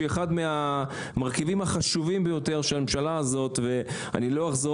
שהיא אחד מהמרכיבים החשובים ביותר של הממשלה הזאת ואני לא אחזור